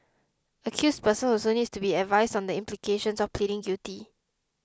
accused persons also need to be advised on the implications of pleading guilty